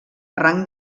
rang